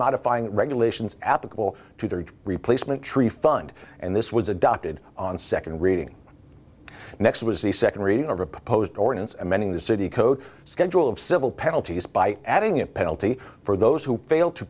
modifying regulations applicable to their replacement tree fund and this was adopted on second reading next was the second reading of a proposed ordinance amending the city code schedule of civil penalties by adding a penalty for those who fail to